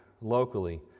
locally